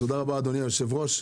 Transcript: תודה רבה, אדוני היושב-ראש.